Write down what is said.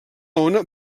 ona